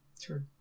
True